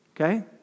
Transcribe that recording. okay